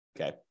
Okay